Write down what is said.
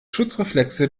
schutzreflexe